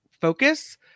focus